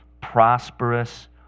prosperous